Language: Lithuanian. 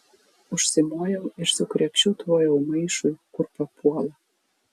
užsimojau ir su krepšiu tvojau maišui kur papuola